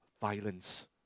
violence